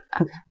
Okay